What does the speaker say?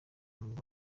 murwa